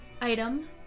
item